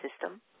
system